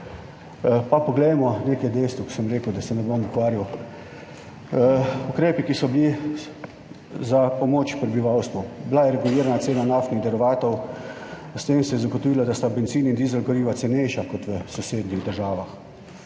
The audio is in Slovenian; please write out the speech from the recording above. si poglejmo nekaj dejstev, ko sem rekel, da se ne bom ukvarjal. Ukrepi, ki so bili za pomoč prebivalstvu. Regulirana je bila cena naftnih derivatov, s tem se je zagotovilo, da sta bencin in dizel cenejša kot v sosednjih državah.